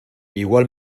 igual